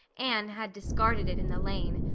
anne had discarded it in the lane,